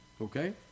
okay